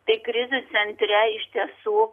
tai krizių centre iš tiesų